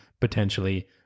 potentially